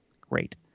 Great